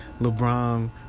LeBron